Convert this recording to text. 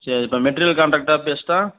சரி இப்போ மெட்டிரியல் கான்ட்ராக்ட்டாக பேஸ்ட்டா